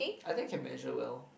I think I can measure well